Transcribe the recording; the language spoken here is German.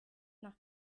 nach